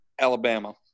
Alabama